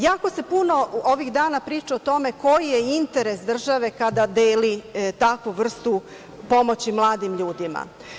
Jako se puno ovih dana priča o tome koji je interes države kada deli takvu vrstu pomoći mladim ljudima.